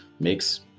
Makes